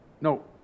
no